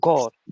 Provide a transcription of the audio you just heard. God